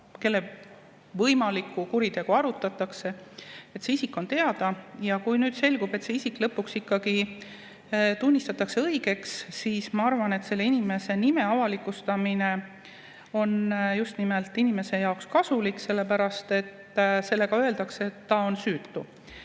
kelle võimalikku kuritegu arutatakse. See isik on teada, ja kui selgub, et see isik lõpuks ikkagi tunnistatakse õigeks, siis ma arvan, et selle inimese nime avalikustamine on just nimelt selle inimese jaoks kasulik, sellepärast et sellega öeldakse, et ta on süütu.